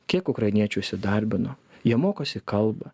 kiek ukrainiečių įsidarbino jie mokosi kalbą